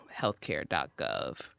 healthcare.gov